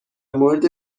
مورد